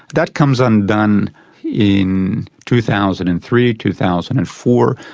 that comes undone in two thousand and three, two thousand and four.